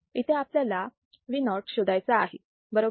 इथे आपल्याला Vo शोधायचा आहे बरोबर